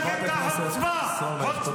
חברת הכנסת סון הר מלך, תודה, תודה רבה.